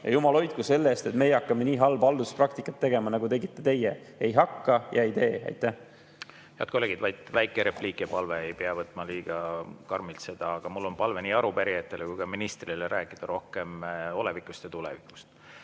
Jumal hoidku selle eest, et meie hakkame nii halba halduspraktikat tegema, nagu tegite teie. Ei hakka, ei tee. Head kolleegid! Vaid väike repliik ja palve: ei pea võtma liiga karmilt seda, aga mul on nii arupärijatele kui ka ministrile palve rääkida rohkem olevikust ja tulevikust.